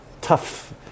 tough